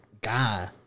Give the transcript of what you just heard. guy